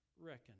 reckon